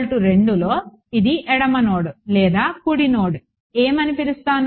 e2 లో ఇది ఎడమ నోడ్ లేదా కుడి నోడ్ ఏమని పిలుస్తాను